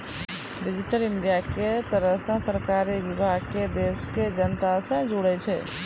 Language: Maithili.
डिजिटल इंडिया के तहत सरकारी विभाग के देश के जनता से जोड़ै छै